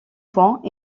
point